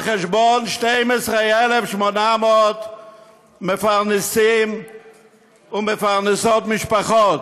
על חשבון 12,800 מפרנסים ומפרנסות משפחות.